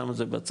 שם את זה בצד,